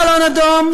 בלון אדום,